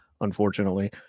unfortunately